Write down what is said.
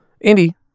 Indy